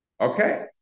Okay